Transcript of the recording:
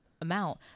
amount